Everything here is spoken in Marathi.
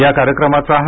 या कार्यक्रमाचा हा